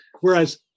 whereas